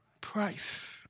price